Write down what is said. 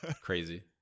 Crazy